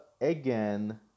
again